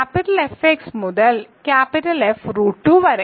F x മുതൽ F root 2 വരെ